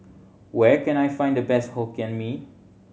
where can I find the best Hokkien Mee